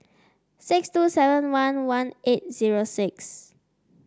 six two seven one one eight zero six